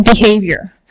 behavior